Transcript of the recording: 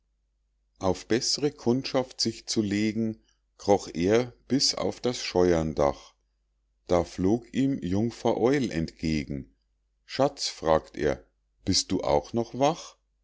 auf bess're kundschaft sich zu legen kroch er bis auf das scheuerndach da flog ihm jungfer eul entgegen schatz fragt er bist du auch noch wach